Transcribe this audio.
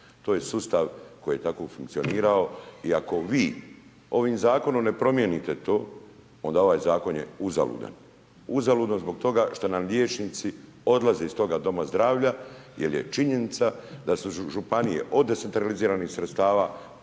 To je sustav koji je tako funkcionirao i ako vi ovim zakonom ne promijenite to, onda ovaj zakon je uzaludan. Uzaludan zbog toga što nam liječnici odlaze iz toga doma zdravlja jer je činjenica da su županije od decentraliziranih sredstava